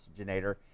oxygenator